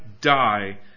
die